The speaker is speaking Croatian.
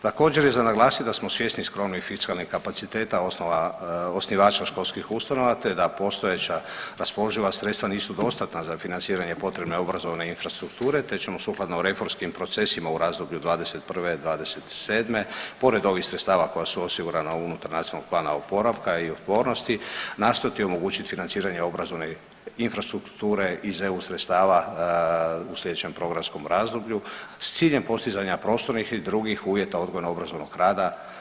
Također je za naglasit da smo svjesni skromnih fiskalnih kapaciteta osnivača školskih ustanova, te da postojeća raspoloživa sredstva nisu dostatna za financiranje potrebne obrazovane infrastrukture, te ćemo sukladno reformskim procesima u razdoblju od '21.-'27. pored ovih sredstava koja su osigurana unutar NPOO-a nastojati omogućiti financiranje obrazovne infrastrukture iz eu sredstava u slijedećem programskom razdoblju s ciljem postizanja prostornih i drugih uvjeta odgojno obrazovnog rada.